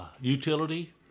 utility